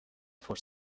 فور